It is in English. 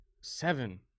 Seven